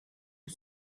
que